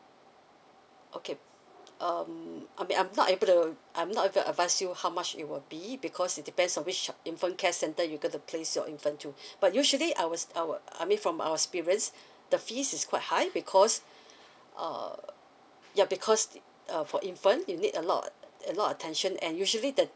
okay um I mean I'm not able to I'm not able advise you how much it will be because it depends on which uh infant care centre you gonna place your infant to but usually our our I mean from our experience the fees is quite high because uh ya because uh for infant you need a lot a lot attention and usually the